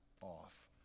off